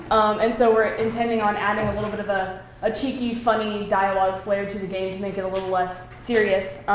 and so we're intending on adding a little bit of ah a cheeky, funny, dialogue flair to the game to make it a little less serious.